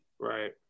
Right